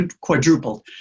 quadrupled